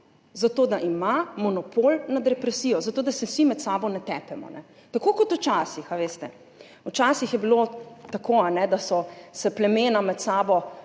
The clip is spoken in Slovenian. zato da ima monopol nad represijo, zato da se vsi med sabo ne tepemo. Tako kot včasih, veste. Včasih je bilo tako, da so se plemena med sabo